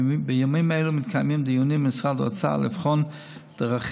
בימים אלה מתקיימים דיונים עם משרד האוצר לבחון דרכים